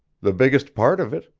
the biggest part of it,